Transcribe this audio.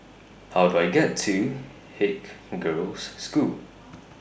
How Do I get to Haig Girls' School